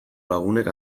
lagunek